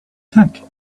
tank